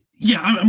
yeah,